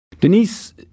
Denise